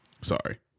Sorry